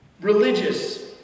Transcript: Religious